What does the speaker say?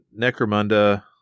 Necromunda